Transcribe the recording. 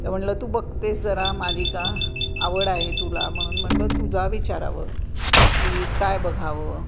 तर म्हटलं तू बघतेस जरा मालिका आवड आहे तुला म्हणून म्हटलं तुझा विचारावं की काय बघावं